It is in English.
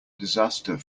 disaster